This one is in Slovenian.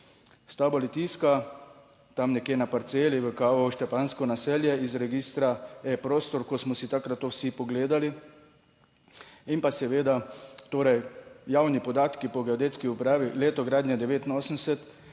Stavbo Litijska, tam nekje na parceli v kao Štepanjsko naselje iz registra, prostor, ko smo si takrat to vsi pogledali, in pa seveda, torej javni podatki po Geodetski upravi, leto gradnje 1989,